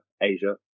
Asia